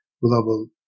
global